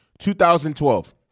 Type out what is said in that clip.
2012